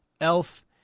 elf